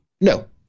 No